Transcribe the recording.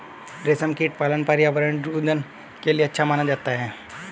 रेशमकीट पालन पर्यावरण सृजन के लिए अच्छा माना जाता है